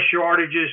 shortages